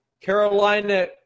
Carolina